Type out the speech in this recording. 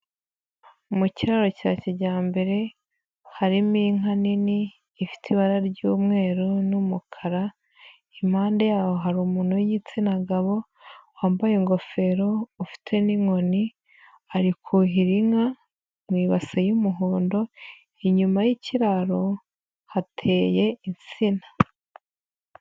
Mu kiraro cya kijyambere harimo inka nini ifite ibara ry'umweru n'umukara, impande yaho hari umuntu w'igitsina gabo, wambaye ingofero ufite n'inkoni ari kuhira inka mu ibase y'umuhondo, inyuma y'ikiraro hateye insina.